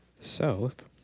south